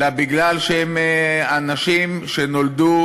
אלא מפני שהם אנשים שנולדו,